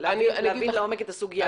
להבין לעומק את הסוגיה הזאת.